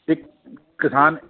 ਇਕ ਕਿਸਾਨ